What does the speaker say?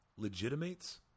legitimates